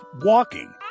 walking